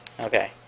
Okay